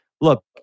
Look